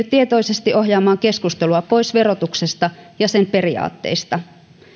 tietoisesti ohjaamaan keskustelua pois verotuksesta ja sen periaatteista